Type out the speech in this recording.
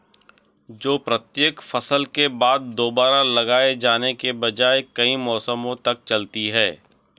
जो प्रत्येक फसल के बाद दोबारा लगाए जाने के बजाय कई मौसमों तक चलती है